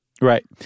Right